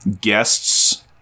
guests